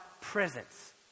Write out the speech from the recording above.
presence